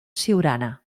siurana